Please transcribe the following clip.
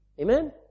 Amen